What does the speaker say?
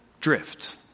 drift